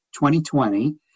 2020